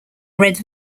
red